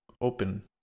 open